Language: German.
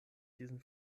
diesen